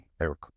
Eric